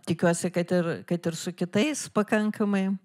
tikiuosi kad ir kad ir su kitais pakankamai